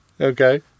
Okay